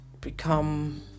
become